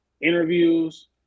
interviews